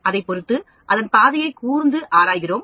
அதை பொருத்து அதன் பாதையை கூர்ந்து ஆராய்கிறோம்